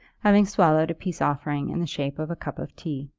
having swallowed a peace-offering in the shape of a cup of tea.